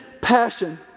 passion